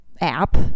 app